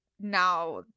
now